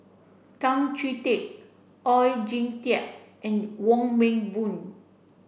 Tan Chee Teck Oon Jin Teik and Wong Meng Voon